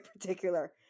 particular